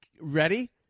Ready